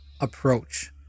approach